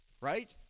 right